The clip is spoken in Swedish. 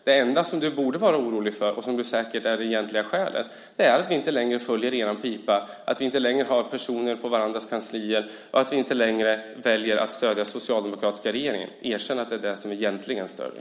Det enda som du borde vara orolig för - och som säkert är det egentliga skälet - är att vi inte längre följer er pipa, att vi inte längre har personer på varandras kanslier och att vi inte längre väljer att stödja socialdemokratiska regeringar. Erkänn att det är det som egentligen stör er!